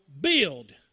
build